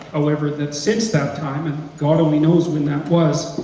however, that since that time and god only knows when that was,